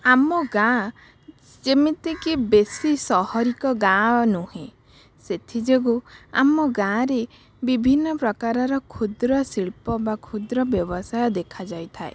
ଆମ ଗାଁ ଯେମିତିକି ବେଶୀ ସହରୀକ ଗାଁ ନୁହେଁ ସେଥିଯୋଗୁଁ ଆମ ଗାଁରେ ବିଭିନ୍ନ ପ୍ରକାରର କ୍ଷୁଦ୍ରଶିଳ୍ପ ବା କ୍ଷୁଦ୍ର ବ୍ୟବସାୟ ଦେଖାଯାଇଥାଏ